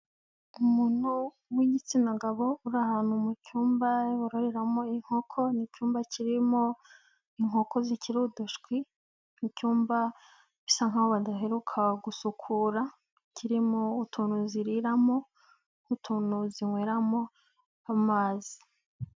Umuntu w'igitsina gabo uri ahantu mu cyumba bororeramo inkoko, ni icyumba kirimo inkoko zikiri udushwi, ni icyumba bisa nkaho badaheruka gusukura, kirimo utuntu ziriramo n'utuntu zinyweramo amazi.